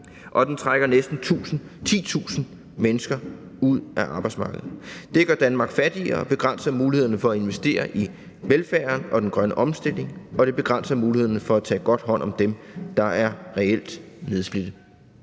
og den trækker næsten 10.000 mennesker ud af arbejdsmarkedet. Det gør Danmark fattigere og begrænser mulighederne for at investere i velfærden og den grønne omstilling. Og det begrænser mulighederne for at tage godt hånd om dem, der reelt er nedslidte«.